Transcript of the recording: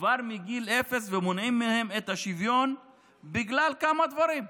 כבר מגיל אפס ומונעים מהם את השוויון בגלל כמה דברים: